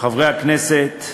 חברי הכנסת,